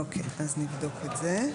אוקיי, אז נבדוק את זה.